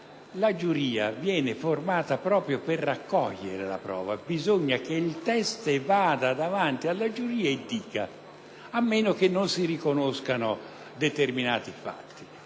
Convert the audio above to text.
la giuria viene formata proprio per raccogliere la prova; bisogna che il teste vada davanti alla giuria e faccia una dichiarazione, a meno che non si riconoscano determinati fatti.